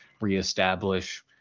reestablish